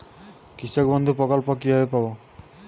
কৃষকবন্ধু প্রকল্প কিভাবে পাব?